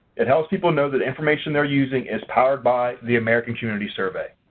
it helps people know that information they're using is powered by the american community survey.